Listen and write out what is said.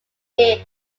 leah